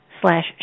slash